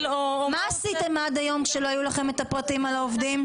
מה עשיתם עד היום כשלא היו לכם את הפרטים על העובדים?